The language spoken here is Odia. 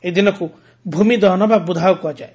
ଏହି ଦିନକୁ ଭୂମି ଦହନ ବା ଭୂଦାହ କୁହାଯାଏ